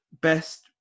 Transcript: Best